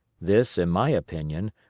this, in my opinion,